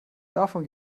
davon